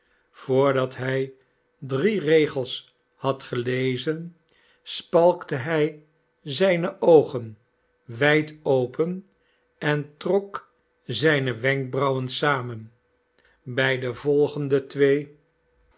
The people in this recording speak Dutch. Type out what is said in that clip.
voordat hij drie regels had gelezen spalkte hij zijne oogen wijd open en trok zijne wenkbrauwen samen bij de volgende twee